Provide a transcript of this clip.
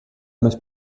més